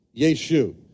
Yeshu